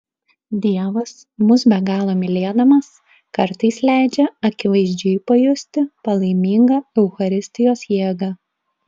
dievas mus be galo mylėdamas kartais leidžia akivaizdžiai pajusti palaimingą eucharistijos jėgą